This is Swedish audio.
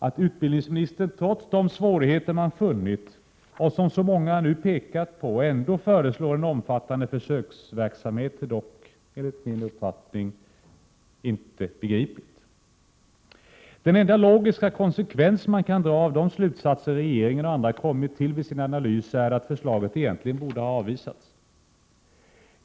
Att utbildningsministern trots de svårigheter man funnit och som så många pekat på ändå nu föreslår en omfattande försöksverksamhet är dock enligt min uppfattning inte begripligt. Den enda logiska konsekvens man kan dra av de slutsatser regeringen och andra kommit till vid sin analys är att förslaget egentligen borde ha avvisats.